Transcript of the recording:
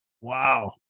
wow